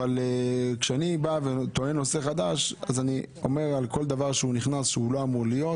אבל כשאני טוען לנושא חדש אז אני אומר על כל דבר שנכנס שלא אמור להיות